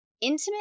intimate